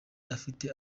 afite